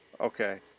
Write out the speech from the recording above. okay